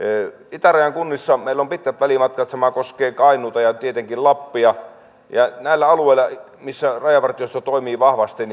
itärajan kunnissa meillä on pitkät välimatkat sama koskee kainuuta ja tietenkin lappia näillä alueilla missä rajavartiosto toimii vahvasti